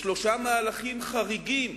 בשלושה מהלכים חריגים